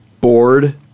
bored